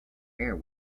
air